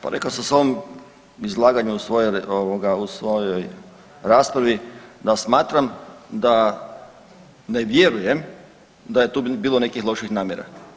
Pa rekao sam u svom izlaganju u svojoj raspravi da smatram da, da i vjerujem da je tu bilo nekih loših namjera.